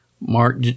Mark